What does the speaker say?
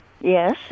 Yes